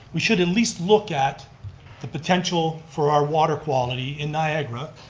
we should at least look at the potential for our water quality in niagara.